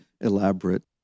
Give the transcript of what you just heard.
elaborate